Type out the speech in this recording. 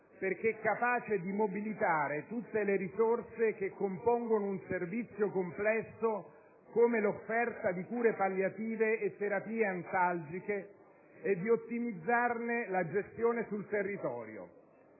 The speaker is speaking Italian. perché capace di mobilitare tutte le risorse che compongono un servizio complesso come l'offerta di cure palliative e terapie antalgiche e di ottimizzarne la gestione sul territorio.